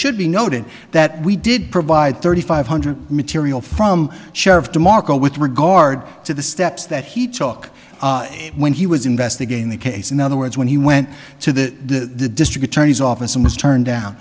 should be noted that we did provide thirty five hundred material from chair of de marco with regard to the steps that he took when he was investigating the case in other words when he went to the district attorney's office and was turned down